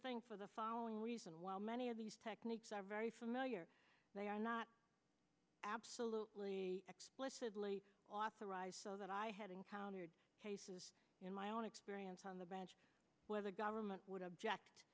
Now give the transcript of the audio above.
thing for the following reason while many of these techniques are very familiar they are not absolutely explicitly authorized so that i had encountered in my own experience on the bench whether government would object